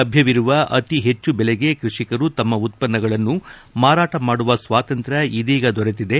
ಲಭ್ಯವಿರುವ ಅತಿ ಹೆಚ್ಚು ಬೆಲೆಗೆ ಕೃಷಿಕರು ತಮ್ಮ ಉತ್ಪನ್ನಗಳನ್ನು ಮಾರಾಟ ಮಾಡುವ ಸ್ವಾತಂತ್ರ್ಯ ಇದೀಗ ದೊರೆತಿದೆ